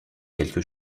quelque